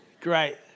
Great